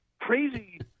crazy